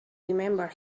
remember